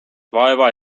vaeva